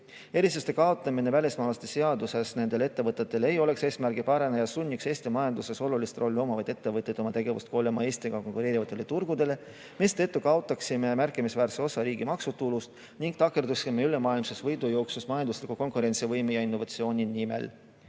Erisuste kaotamine välismaalaste seaduses ei oleks eesmärgipärane ja sunniks Eesti majanduses olulist rolli omavaid ettevõtteid oma tegevust kolima Eestiga konkureerivatele turgudele, mistõttu kaotaksime märkimisväärse osa riigi maksutulust ning takerduksime ülemaailmses võidujooksus majandusliku konkurentsivõime ja innovatsiooni nimel.